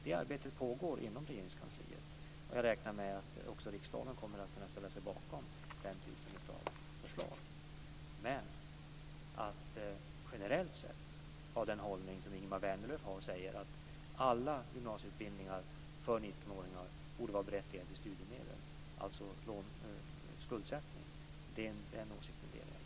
Det arbetet pågår inom Regeringskansliet, och jag räknar med att också riksdagen kommer att kunna ställa sig bakom den typen av förslag. Men Ingemar Vänerlövs generella hållning när han säger att alla gymnasieutbildningar för 19-åringar borde berättiga till studiemedel, alltså skuldsättning, delar jag inte.